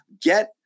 Get